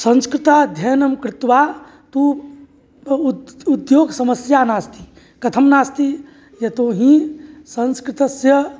संस्कृताध्ययनं कृत्वा तु उद्योगसमस्या नास्ति कथं नास्ति यतोहि संस्कृतस्य